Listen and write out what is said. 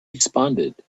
responded